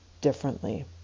differently